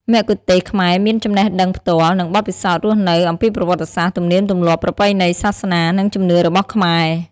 មគ្គុទ្ទេសក៍ខ្មែរមាន ចំណេះដឹងផ្ទាល់ និងបទពិសោធន៍រស់នៅ អំពីប្រវត្តិសាស្ត្រ ទំនៀមទម្លាប់ ប្រពៃណី សាសនា និងជំនឿរបស់ខ្មែរ។